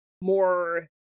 more